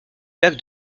lac